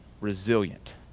resilient